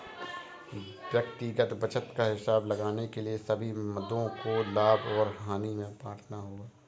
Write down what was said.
व्यक्तिगत बचत का हिसाब लगाने के लिए सभी मदों को लाभ और हानि में बांटना होगा